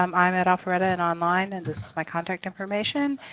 um i'm at alpharetta and online. and this is my contact information.